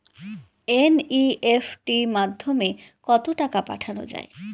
NEFT মাধ্যমে কত টাকা পাঠানো যায়?